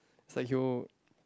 like he will